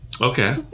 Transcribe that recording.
Okay